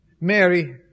Mary